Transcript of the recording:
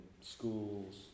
schools